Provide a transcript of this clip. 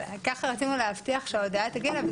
אבל כך רצינו להבטיח שההודעה תגיע אליו,